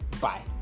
Bye